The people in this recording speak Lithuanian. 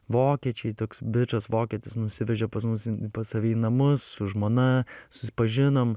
vokiečiai toks bičas vokietis nusivežė pas mus pas save į namus su žmona susipažinom